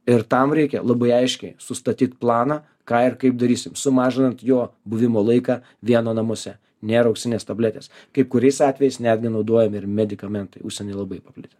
ir tam reikia labai aiškiai sustatyt planą ką ir kaip darysim sumažinant jo buvimo laiką vieno namuose nėr auksinės tabletės kaip kuriais atvejais netgi naudojami ir medikamentai užsieny labai paplitę